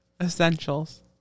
Essentials